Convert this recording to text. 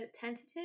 tentative